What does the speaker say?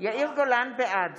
בעד